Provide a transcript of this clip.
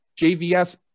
JVS